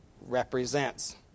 represents